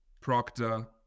Proctor